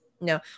No